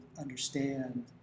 understand